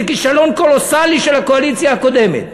זה כישלון קולוסלי של הקואליציה הקודמת,